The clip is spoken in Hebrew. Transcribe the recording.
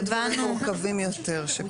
היו דברים מורכבים יותר.